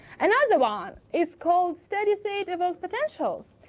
another one is called steady state evoked potentials.